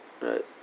Right